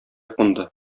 кунды